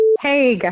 Hey